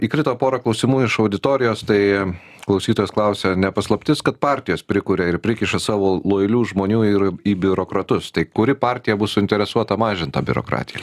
įkrito pora klausimų iš auditorijos tai klausytojas klausia ne paslaptis kad partijos prikuria ir prikiša savo lojalių žmonių ir į biurokratus tai kuri partija bus suinteresuota mažint tą biurokratiją